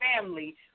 family